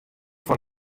fan